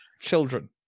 children